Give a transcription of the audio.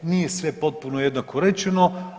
Nije sve potpuno jednako rečeno.